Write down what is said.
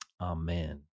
Amen